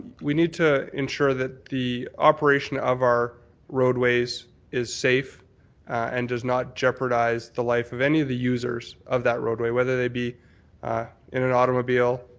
we need to ensure that the operation of our roadways is safe and does not jeopardize the life of any of the users of that roadway, whether they be in an automobile,